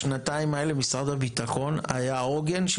בשנתיים האלה משרד הביטחון היה עוגן של